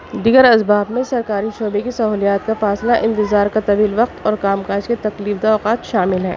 دیگر اسباب میں سرکاری شعبے کی سہولیات کا فاصلہ انتظار کا طویل وقت اور کام کاج کے تکلیف دہ اوقات شامل ہیں